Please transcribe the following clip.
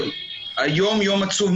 זה בעיקרון בשבועיים האחרונים,